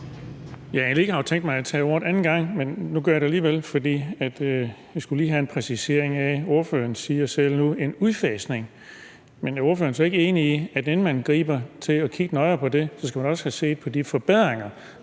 egentlig ikke tænkt mig at tage ordet denne gang, men nu gør jeg det alligevel, for jeg skulle lige have en præcisering. Nu siger ordføreren selv »en udfasning«, men er ordføreren så ikke enig i, at inden man griber til at kigge nøjere på det, skal man også have set på de forbedringer,